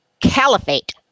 caliphate